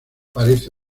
parece